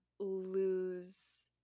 lose